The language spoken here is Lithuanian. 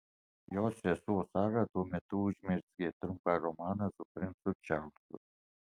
jos sesuo sara tuo metu užmezgė trumpą romaną su princu čarlzu